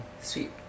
Sweet